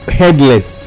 headless